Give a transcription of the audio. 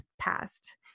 past